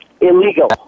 Illegal